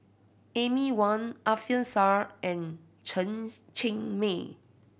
Amy Van Alfian Sa'at and Chen Cheng Mei